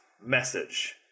message